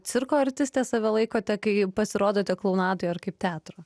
cirko artistė save laikote kai pasirodote klounadoje ar kaip teatro